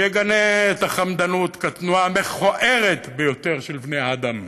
שיגנה את החמדנות כתנועה המכוערת ביותר של בני האדם,